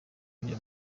kujya